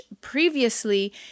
previously